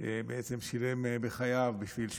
שבעצם שילם בחייו בשביל שאנחנו,